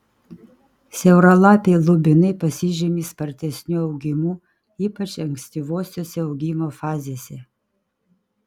siauralapiai lubinai pasižymi spartesniu augimu ypač ankstyvosiose augimo fazėse